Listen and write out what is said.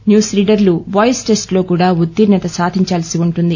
news రీడర్లు audition voice టెస్లో కూడా ఉత్తీర్ణత సాధించాల్సి ఉంటుంది